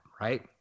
right